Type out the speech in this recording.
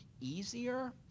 easier